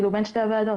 כאילו בין שתי הוועדות.